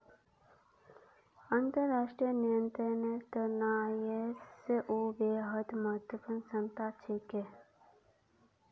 अंतर्राष्ट्रीय नियंत्रनेर त न आई.एस.ओ बेहद महत्वपूर्ण संस्था छिके